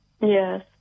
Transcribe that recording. Yes